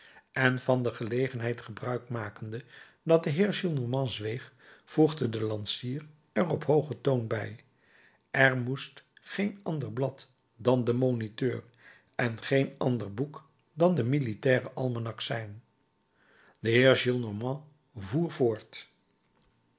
en van de gelegenheid gebruik makende dat de heer gillenormand zweeg voegde de lansier er op hoogen toon bij er moest geen ander blad dan de moniteur en geen ander boek dan de militaire almanak zijn de heer gillenormand voer voort